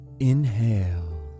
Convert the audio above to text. Inhale